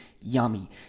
yummy